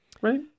right